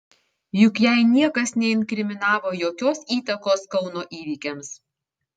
juk jai niekas neinkriminavo jokios įtakos kauno įvykiams